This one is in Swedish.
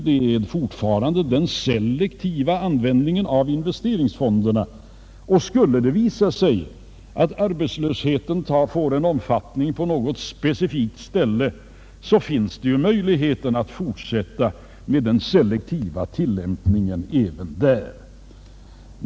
Det är fortfarande den selektiva användningen av investeringsfonderna. Skulle det visa sig att arbetslösheten får större omfattning på något specifikt ställe finns ju möjligheten att fortsätta med den selektiva tillämpningen även där.